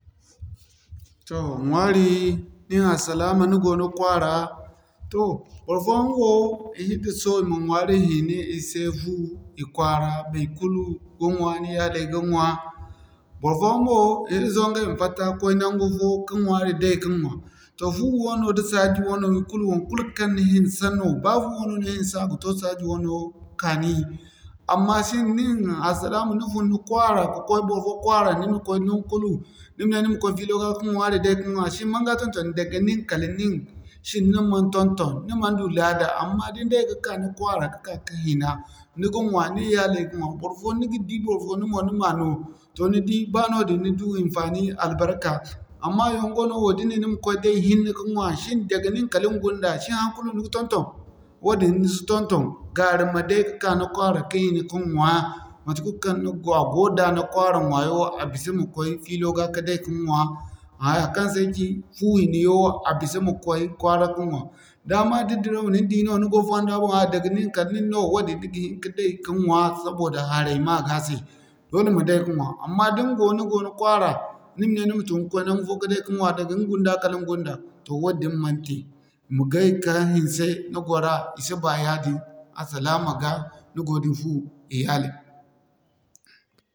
Toh ɲwaari nin alsilaama ni go ni kwaara, toh barfoyaŋ mo i hisuwa so i ma ɲwaari hina i se fu i kwaara baikulu ga ɲwaa ni yalay ga ɲwaa, barfoyaŋ mo i hisuwa ɲgay ma fatta koy naŋgu fo ka ɲwaari day ka ŋwaa. Toh fu wano da saaji wano i kulu wankul kaŋ ni hinse no ba fu wano no ni hinse a ga toh saaji wano kani amma sin nin alsilaama. Ni fun ni kwaara ka'koy barfo kwaara ni man koy nankulu ni ma ne ni ma koy filo ga ka ɲwaari day ka ɲwaa sin maŋga ton-toni daga nin kala nin sin ni man ton-ton ni man du laada. Amma da ni day ka'ka ni kwaara ka'ka ka hina, ni ga ɲwaa, ni iyalay ga ɲwaa barfo ni ga di barfo ni mo ni ma no. Toh ni di ba noodin ni du hinfaani albarka amma yongo wano wo da ni ne ni ma koy day hinne ka ŋwa shin daga nin kala ni gunda, shin han kulu ni ga tonton? Wadin ni si ton-ton gara ma day ka'ka ni kwaara ka hina ka ɲwaa matekul kaŋ a go da ni kwaara ŋwaa yaŋo a bisa ma koy filo ga ka day ka ɲwaa. Haya kaŋ se ay ci, fu hina yaŋo a bisa ma koy kwaara ka ŋwa. Da ma da diraw na ni di no, ni go fondo boŋ, ah daga nin kala nin no, wadin ni ga hin ka day ka ɲwaa sabida haray ma ga se dole ma day ka ɲwa. Amma da ni go, ni go ni kwaara ni ma ne ni ma tunu koy nangu fo ka day ka ɲwaa, daga ni gunda kala ni gunda toh wadin man te, ma kay ka hinse ni gwara i si ba yaadin alsilaama ga ni go da ni fu iyalay.